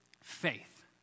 faith